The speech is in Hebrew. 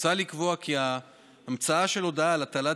מוצע לקבוע כי המצאה של הודעה על הטלת